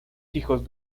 hijos